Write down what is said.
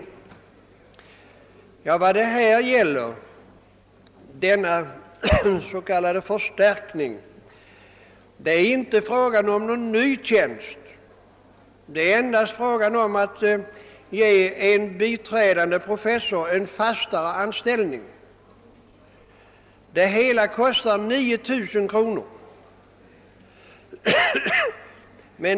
Men med denna så kallade förstärkning avses inte någon ny tjänst, det är endast fråga om att ge en biträdande professor en fastare anställning. Det hela kostar 9 000 kronor.